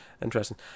Interesting